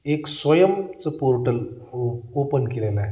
एक स्वयमचं पोर्टल ओ ओपन केलेलं आहे